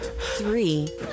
three